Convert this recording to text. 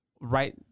right